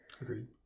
Agreed